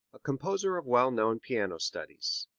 a composer of well-known piano studies.